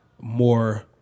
more